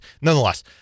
Nonetheless